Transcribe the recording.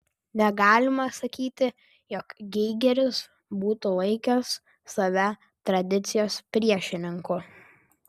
negalima sakyti jog geigeris būtų laikęs save tradicijos priešininku